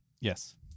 yes